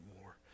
more